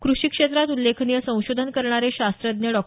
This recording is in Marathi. कृषी क्षेत्रात उल्लेखनीय संशोधन करणारे शास्त्रद्य डॉ